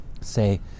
say